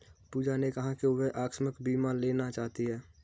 पूजा ने कहा कि वह आकस्मिक बीमा लेना चाहती है